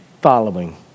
following